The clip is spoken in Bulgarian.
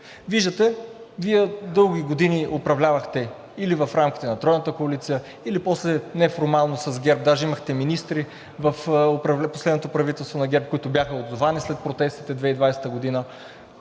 Виждате, Вие дълги години управлявахте или в рамките на Тройната коалиция или после неформално и с ГЕРБ даже имахте министри в последното правителство, които бяха отзовани след протестите 2020 г., ние